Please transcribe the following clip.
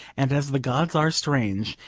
and as the gods are strange,